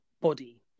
body